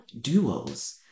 duos